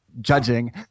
judging